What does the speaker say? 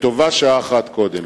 וטובה שעה אחת קודם.